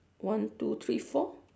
one two three four